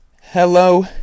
Hello